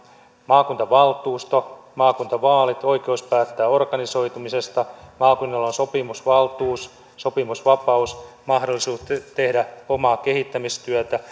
maakuntavaltuusto maakuntavaalit oikeus päättää organisoitumisesta maakunnilla on sopimusvaltuus sopimusvapaus mahdollisuus tehdä omaa kehittämistyötä